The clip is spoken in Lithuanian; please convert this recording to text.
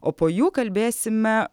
o po jų kalbėsime